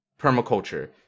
permaculture